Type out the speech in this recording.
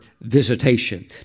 visitation